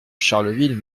charleville